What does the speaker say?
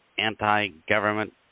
anti-government